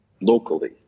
locally